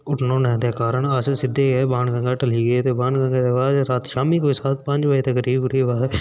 हुट्टन होने दे कारण अस सिद्धे गै बाण गंगा ढली गे बाण गंगा दे बाद शामी कोई पंज दे करीब करीब कोई